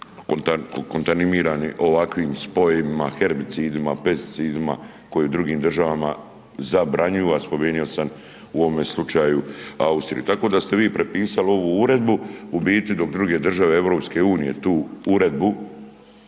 kontaminirani ovakvim spojevima herbicidima, pesticidima koje drugim državama zabranjuju, a spomenuo sam u ovom slučaju Austriju? Tako da ste vi prepisali ovu uredbu u biti dok druge države EU tu uredbu